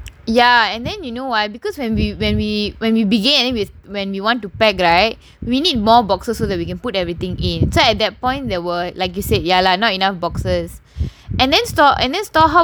ya and then you know why because when we when we when we begin with when we want to pack right we need more boxes so that we can put everything in so that point in the word like you said ya lah not enough boxes and then store and then store how will the boxes